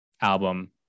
album